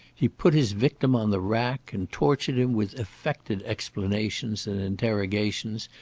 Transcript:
he put his victim on the rack, and tortured him with affected explanations and interrogations,